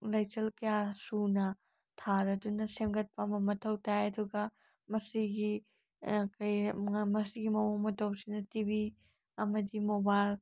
ꯂꯩꯆꯜ ꯀꯌꯥ ꯁꯨꯅ ꯊꯥꯔꯗꯨꯅ ꯁꯦꯝꯒꯠꯄ ꯑꯃ ꯃꯊꯧ ꯇꯥꯏ ꯑꯗꯨꯒ ꯃꯁꯤꯒꯤ ꯃꯁꯤꯒꯤ ꯃꯑꯣꯡ ꯃꯇꯧꯁꯤꯅ ꯇꯤ ꯚꯤ ꯑꯃꯗꯤ ꯃꯣꯕꯥꯏꯜ